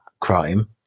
crime